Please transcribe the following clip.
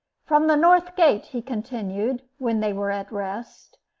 from the north gate, he continued, when they were at rest,